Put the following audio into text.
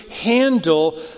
handle